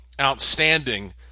outstanding